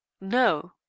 No